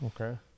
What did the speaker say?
Okay